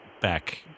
back